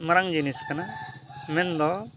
ᱢᱟᱨᱟᱝ ᱡᱤᱱᱤᱥ ᱠᱟᱱᱟ ᱢᱮᱱᱫᱚ